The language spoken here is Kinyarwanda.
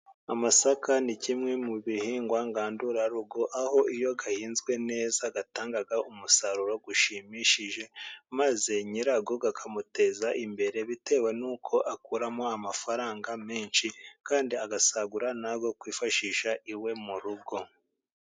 Amasaka ni kimwe mu bihingwa ngandurarugo, aho iyo ahinzwe neza atanga umusaruro ushimishije, maze nyirayo akamuteza imbere bitewe n'uko akuramo amafaranga menshi, kandi agasagura nayo kwifashisha iwe mu rugo.